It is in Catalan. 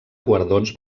guardons